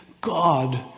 God